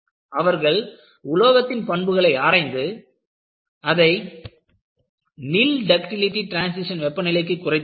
அவர்கள் உலோகத்தின் பண்புகளை ஆராய்ந்து அதை நில் டக்டிலிடி டிரான்சிஷன் வெப்ப நிலைக்கு குறைத்தார்கள்